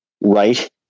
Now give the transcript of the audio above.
right